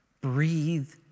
Breathe